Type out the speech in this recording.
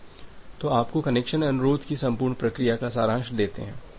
तो आपको कनेक्शन अनुरोध की संपूर्ण प्रक्रिया का सारांश देते हैं